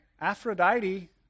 Aphrodite